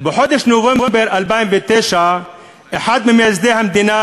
בחודש נובמבר 2009 אמר אחד ממייסדי המדינה